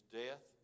death